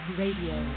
radio